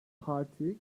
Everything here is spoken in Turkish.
parti